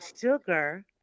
sugar